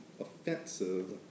offensive